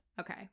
okay